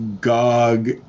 gog